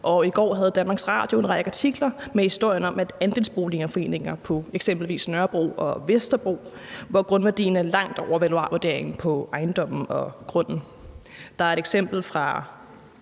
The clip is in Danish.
i går havde Danmarks Radio en række artikler med historien om, at andelsboligforeninger på eksempelvis Nørrebro og Vesterbro havde grundværdier, der var langt over valuarvurderingen på ejendomme og grunde. Der er et eksempel på